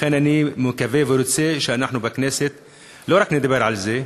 לכן אני מקווה ורוצה שאנחנו בכנסת לא רק נדבר על זה,